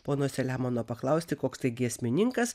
pono selemono paklausti koks tai giesmininkas